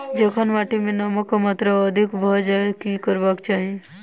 जखन माटि मे नमक कऽ मात्रा अधिक भऽ जाय तऽ की करबाक चाहि?